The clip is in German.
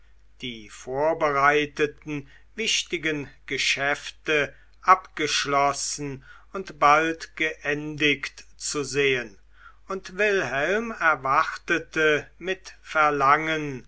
die vorbereiteten wichtigen geschäfte abgeschlossen und bald geendigt zu sehen und wilhelm erwartete mit verlangen